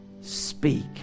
speak